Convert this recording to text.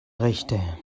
richter